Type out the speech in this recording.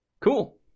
Cool